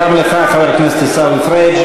גם לך, חבר הכנסת עיסאווי פריג'.